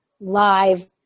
live